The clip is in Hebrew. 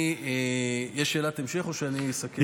יש שאלת המשך, או שאני אסכם?